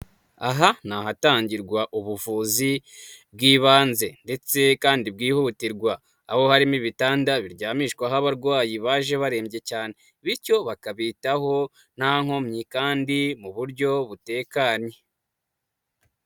Aha ni ahatangirwa ubuvuzi bw'ibanze ndetse kandi bwihutirwa, aho harimo ibitanda biryamishwaho abarwayi baje barembye cyane, bityo bakabitaho nta nkomyi kandi mu buryo butekanye.